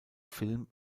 film